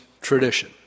tradition